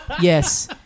yes